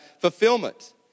fulfillment